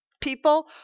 People